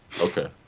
Okay